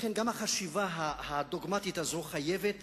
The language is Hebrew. לכן גם החשיבה הדוגמטית הזאת חייבת